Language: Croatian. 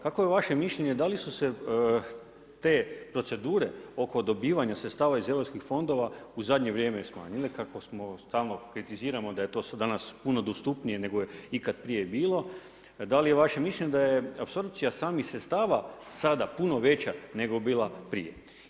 Kakvo je vaše mišljenje, da li su se te procedure oko dobivanja sredstava iz europskih fondova u zadnje vrijeme smanjile, kako stalno kritiziramo da je to danas puno dostupnije nego je ikad prije bilo, da li je vaše mišljenje da je apsorpcija samih sredstava sada puno veća nego bila prije?